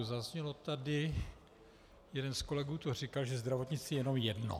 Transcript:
Zaznělo tady, jeden z kolegů to říkal, že zdravotnictví je jenom jedno.